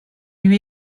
lui